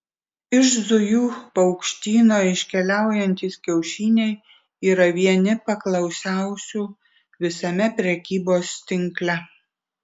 iš zujų paukštyno iškeliaujantys kiaušiniai yra vieni paklausiausių visame prekybos tinkle